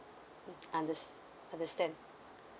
mm underst~ understand